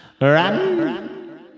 Run